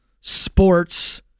sports